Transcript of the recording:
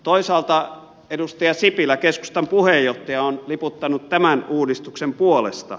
toisaalta edustaja sipilä keskustan puheenjohtaja on liputtanut tämän uudistuksen puolesta